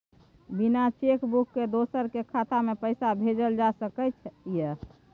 बिना cheque book के दोसर के खाता में पैसा भेजल जा सकै ये?